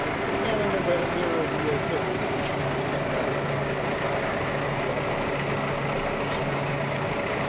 but the man in the but and mirror will be your ok if you just kind of stand out of the way and say, fine, if they want to do that, they can. i personally can't do that.